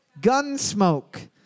Gunsmoke